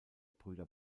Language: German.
brüder